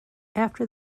after